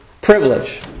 privilege